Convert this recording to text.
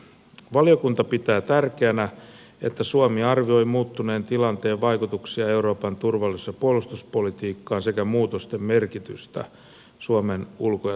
valiokunta pitää tärkeänä että suomi arvioi muuttuneen tilanteen vaikutuksia euroopan turvallisuus ja puolustuspolitiikkaan sekä muutosten merkitystä suomen ulko ja turvallisuuspolitiikalle